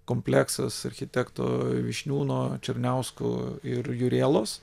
kompleksas architekto vyšniūno černiausko ir jurėlos